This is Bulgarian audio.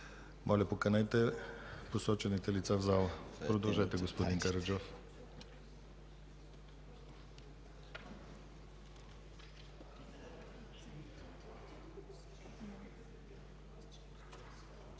Моля, поканете посочените лица в залата. Продължете, господин Караджов.